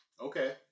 Okay